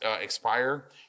expire